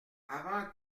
avant